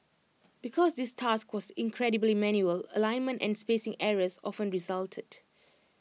because this task was incredibly manual alignment and spacing errors often resulted